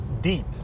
deep